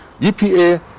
EPA